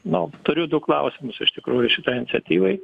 nu turiu du klausimus iš tikrųjų šitai iniciatyvai